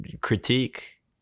critique